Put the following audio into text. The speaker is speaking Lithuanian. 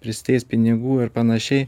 prisiteist pinigų ir panašiai